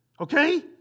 okay